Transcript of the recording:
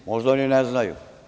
Možda oni ne znaju.